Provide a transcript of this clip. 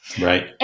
Right